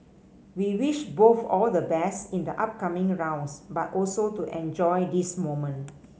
we wish both all the best in the upcoming but also to enjoy this moment